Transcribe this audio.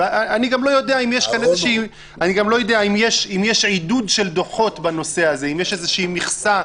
אנשים מתגודדים מחוץ לבלפור, אנשים בלי מסכות.